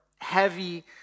heavy